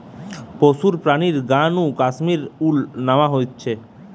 পশুর প্রাণীর গা নু কাশ্মীর উল ন্যাওয়া হতিছে